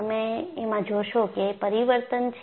તમે એમાં જોશો કે એક પરિવર્તન છે